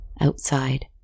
outside